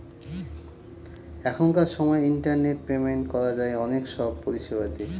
এখনকার সময় internet payment করা যায় অনেক সব পরিষেবা দিয়ে